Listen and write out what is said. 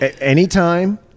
Anytime